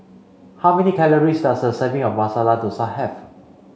how many calories does a serving of Masala Dosa have